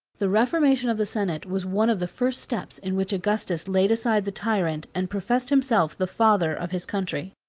the reformation of the senate was one of the first steps in which augustus laid aside the tyrant, and professed himself the father of his country.